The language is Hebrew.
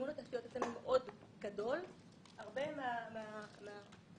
שיקול דעת, דברים ברוח המצגת.